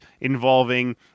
involving